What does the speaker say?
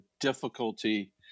difficulty